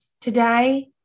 Today